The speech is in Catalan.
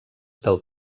del